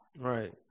Right